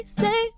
say